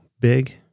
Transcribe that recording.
big